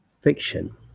fiction